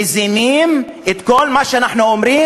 מזינים את כל מה שאנחנו אומרים,